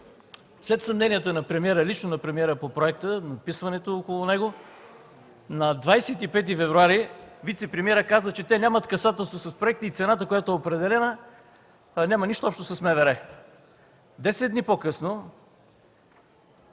След съмненията лично на премиера по проекта – надписването около него, на 25 февруари вицепремиерът каза, че те нямат общо с проекта и цената, която е определена, няма нищо общо с МВР! Десет дни по-късно